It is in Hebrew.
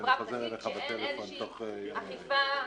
רק להגיד שאין איזושהי אכיפה,